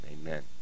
amen